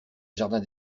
jardin